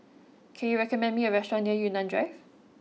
can you recommend me a restaurant near Yunnan Drive